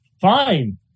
fine